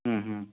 ಹ್ಞೂ ಹ್ಞೂ